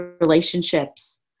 relationships